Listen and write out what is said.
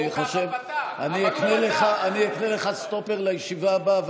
אני אקנה לך סטופר לישיבה הבאה,